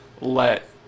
let